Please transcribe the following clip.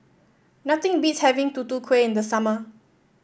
nothing beats having Tutu Kueh in the summer